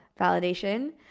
validation